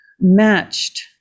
matched